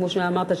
כמו שאמרת,